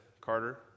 Carter